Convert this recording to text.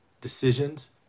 decisions